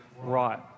right